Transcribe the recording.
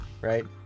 right